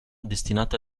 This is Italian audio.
destinato